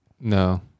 No